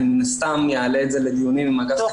אני, מן הסתם, אעלה את זה לדיונים עם אגף תקציבים.